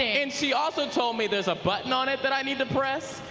and she also told me there is a button on it but i need to press,